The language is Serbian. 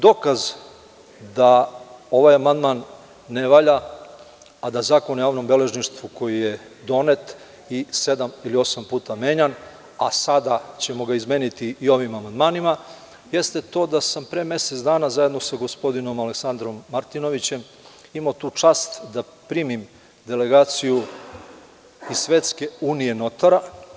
Dokaz da ovaj amandman ne valja, a da Zakon o javnom beležništvu koji je donet ili sedam i osam puta menjan, a sada ćemo ga izmeniti i ovim amandmanima, jeste to da sam pre mesec dana zajedno sa gospodinom Aleksandrom Martinovićem, imao tu čast da primim delegaciju iz Svetske unije notara.